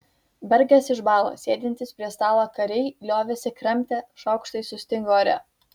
bergas išbalo sėdintys prie stalo kariai liovėsi kramtę šaukštai sustingo ore